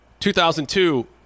2002